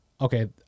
Okay